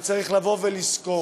וצריך לבוא ולזכור: